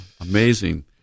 Amazing